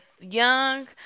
young